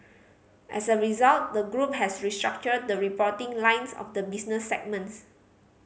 as a result the group has restructured the reporting lines of the business segments